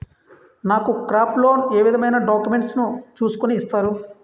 నాకు crop loan ఏ విధమైన డాక్యుమెంట్స్ ను చూస్కుని ఇస్తారు?